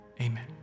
Amen